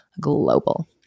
global